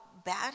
bad